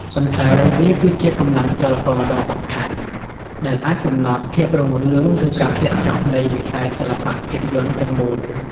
ប៉ុន្តែវាគឺជា កម្លាំងចលករដ៏សំខាន់ ដែលអាចកំណត់ ភាពរុងរឿង ឬការធ្លាក់ចុះ នៃវិស័យសិល្បៈភាពយន្តទាំងមូល។